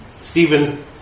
Stephen